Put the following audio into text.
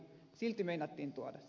silti meinattiin tuoda se